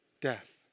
death